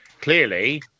Clearly